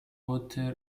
water